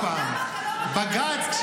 -- כל מי